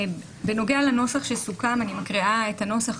בנוגע לנוסח שסוכם, אני מקריאה את הנוסח.